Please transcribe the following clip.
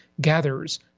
gathers